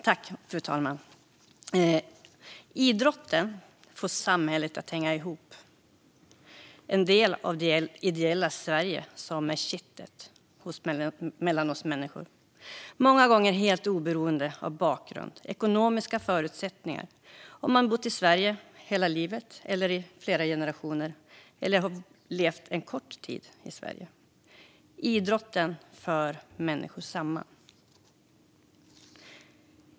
Fru talman! Idrotten får samhället att hänga ihop. Det är en del av det ideella Sverige som är kittet mellan oss människor. Det är många gånger helt oberoende av bakgrund, ekonomiska förutsättningar, om man har bott i Sverige hela livet eller i flera generationer eller om man har levt en kort tid i Sverige. Idrotten för människor samman.